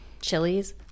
chilies